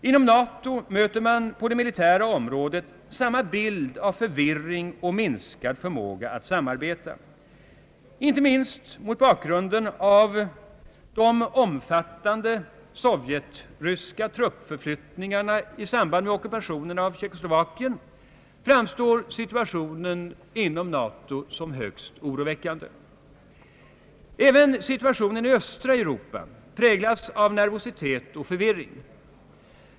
Inom NATO möter man på det militära området samma bild av förvirring och minskad förmåga att samarbeta. Inte minst mot bakgrunden av de omfattande sovjetryska truppförflyttningarna i samband med ockupationen av Tjeckoslovakien framstår situationen inom NATO som högst oroväckande. Även i östra Europa präglas läget av nervositet och förvirring.